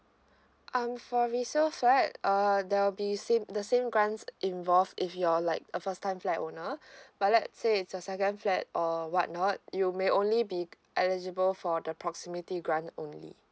um for resale flat uh there'll be same the same grants involved if you're like a first time flat owner but let's say it's a second flat or what not you may only be eligible for the proximity grant only